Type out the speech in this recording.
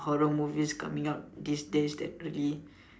horror movies coming out these days that really